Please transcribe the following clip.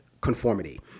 conformity